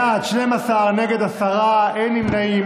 בעד, 12, נגד, עשרה, אין נמנעים.